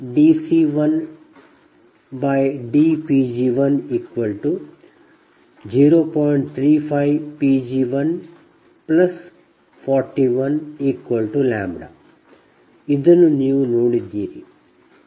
35Pg141λಇದನ್ನು ನೀವು ನೋಡಿದ್ದೀರಿ